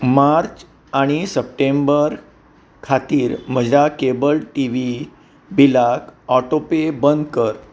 मार्च आनी सप्टेंबर खातीर म्हज्या केबल टी व्ही बिलाक ऑटो पे बंद कर